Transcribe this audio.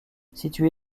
situé